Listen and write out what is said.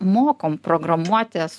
mokom programuotis